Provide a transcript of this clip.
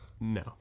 No